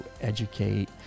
educate